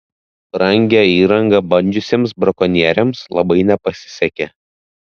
brangią įrangą bandžiusiems brakonieriams labai nepasisekė